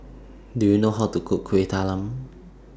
Do YOU know How to Cook Kueh Talam